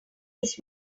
this